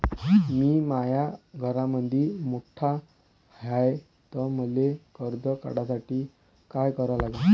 मी माया घरामंदी मोठा हाय त मले कर्ज काढासाठी काय करा लागन?